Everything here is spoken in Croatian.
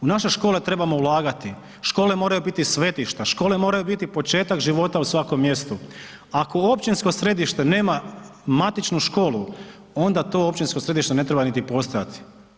U naše škole trebamo ulagati, škole moraju biti svetišta, škole moraju biti početak života u svakom mjestu, ako u općinsko središte nema matičnu školu onda to općinsko središte ne treba niti postojati.